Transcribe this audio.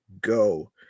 go